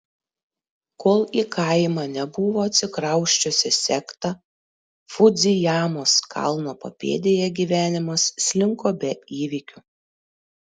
kol į kaimą nebuvo atsikrausčiusi sekta fudzijamos kalno papėdėje gyvenimas slinko be įvykių